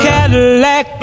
Cadillac